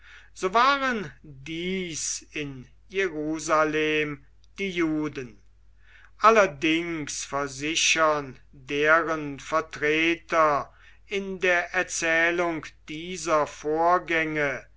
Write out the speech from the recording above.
so waren dies in jerusalem die juden allerdings versichern deren vertreter in der erzählung dieser vorgänge